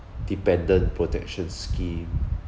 dependent protection scheme